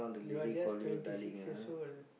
you are just twenty six years old